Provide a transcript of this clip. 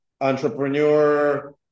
entrepreneur